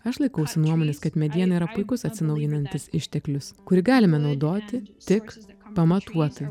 aš laikausi nuomonės kad mediena yra puikus atsinaujinantis išteklius kurį galime naudoti tik pamatuotai